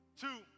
two